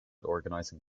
organizing